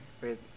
Wait